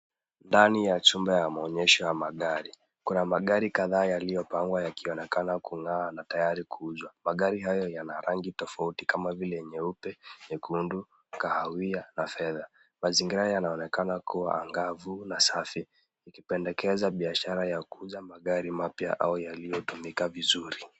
Ndani ya chumba ya maonyesho ya magari. Kuna magari kadhaa yaliyopangwa yakionekana kung'aa na tayari kuuzwa. Magari hayo yana rangi tofauti kama vile nyeupe, nyekundu, kahawia na fedha. Mazingira yanaonekana kuwa angavu na safi ikipendekeza biashara ya kuuza magari mapya au yaliyotumika vizuri.